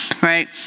right